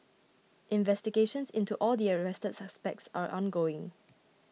investigations into all the arrested suspects are ongoing